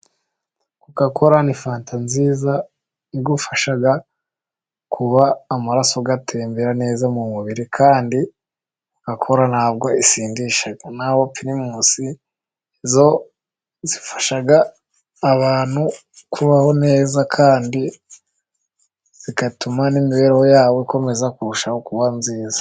Kokakora ni fanta nziza, igufasha kuba amaraso yatembera neza mu mubiri, kandi kokakora ntabwo isindisha. Naho pirimusi zo zifasha abantu kubaho neza, kandi zigatuma n'imibereho yabo ikomeza kurushaho kuba myiza.